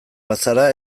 bazara